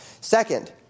Second